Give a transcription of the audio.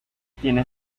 tiene